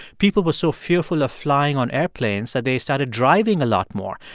people were so fearful of flying on airplanes that they started driving a lot more.